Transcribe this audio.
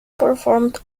performed